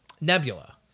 Nebula